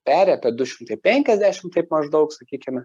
peria apie du šimtai penkiasdešim tai maždaug sakykime